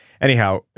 Anyhow